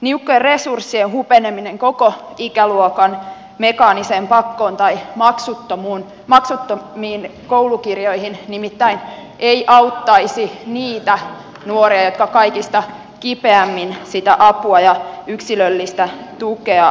niukkojen resurssien hupeneminen koko ikäluokan mekaaniseen pakkoon tai maksuttomiin koulukirjoihin nimittäin ei auttaisi niitä nuoria jotka kaikista kipeimmin sitä apua ja yksilöllistä tukea tarvitsevat